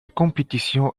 compétition